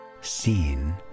seen